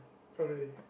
oh really